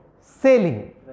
Sailing